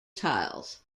tiles